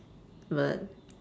but